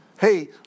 hey